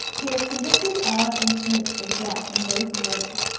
he was convicted of and sentenced to death in both murders,